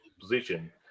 position